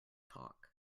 talk